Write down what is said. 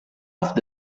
that